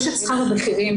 יש את שכר הבכירים,